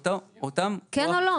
אני חושב --- אותם הוסטלים שזה לא עובד?